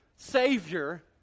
savior